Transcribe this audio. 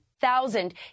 thousand